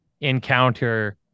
encounter